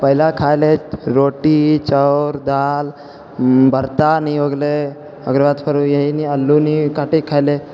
पहिले खाइ रहै रोटी चाउर दालि भरता एनी हो गेलै ओकर बाद फेरो यही नि आलू नि काटिके खाइले